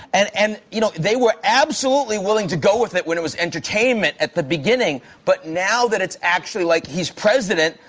and and you know, they were absolutely willing to go with it when it was entertainment at the beginning. but now that it's actually like he's president,